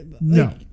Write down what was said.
no